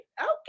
Okay